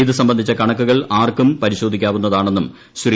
ഇതു സംബന്ധിച്ച കണക്കുകൾ ആർക്കും പരിശോധിക്കാവുന്നതാണെന്നും ശ്രീ